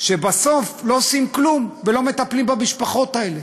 כשבסוף לא עושים כלום ולא מטפלים במשפחות האלה.